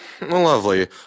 lovely